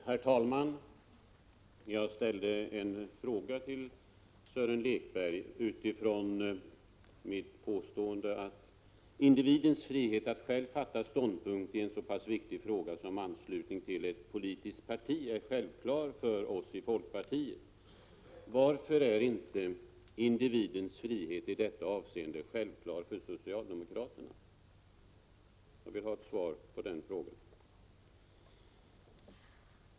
Herr talman! Jag ställde en fråga till Sören Lekberg utifrån mitt påstående att individens frihet att själv fatta ståndpunkt i en så pass viktig fråga som den om anslutningen till ett politiskt parti är en självklarhet för oss i folkpartiet. Varför är alltså inte individens frihet i detta avseende självklar för socialdemokraterna? Jag vill ha ett svar på den frågan.